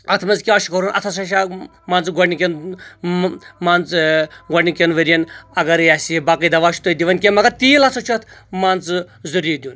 اتھ منٛز کیاہ چھُ کرُن اتھ ہسا چھُ اکھ مان ژٕ گۄڈنکٮ۪ن مان ژٕ گۄڈنِکٮ۪ن ؤرۍ ین اگر یہِ اسہِ یہِ باقٕے دوا چھُ تُہۍ دِوان کینٛہہ مگر تیٖل ہسا چھُ اتھ مان ژٕ ضروری دِیُن